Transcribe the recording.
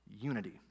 unity